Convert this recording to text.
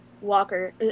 Walker